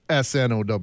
SNOW